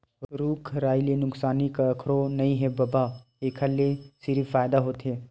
रूख राई ले नुकसानी कखरो नइ हे बबा, एखर ले सिरिफ फायदा होथे